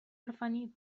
orfani